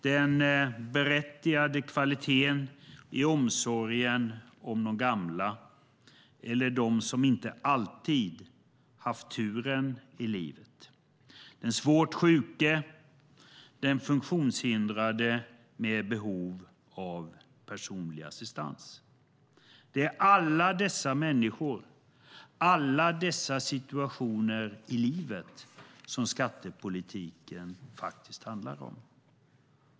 Den berättigade kvaliteten i omsorgen om de gamla eller om dem som inte alltid haft tur i livet, som den svårt sjuke och den funktionshindrade med behov av personlig assistans - det är alla dessa människor och alla dessa situationer i livet som skattepolitiken faktiskt handlar om.